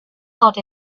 thought